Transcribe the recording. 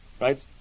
right